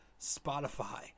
Spotify